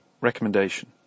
recommendation